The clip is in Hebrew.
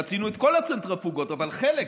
רצינו את כל הצנטריפוגות, אבל חלק.